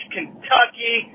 Kentucky